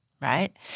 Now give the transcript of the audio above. right